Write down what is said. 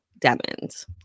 Demons